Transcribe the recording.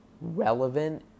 relevant